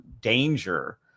danger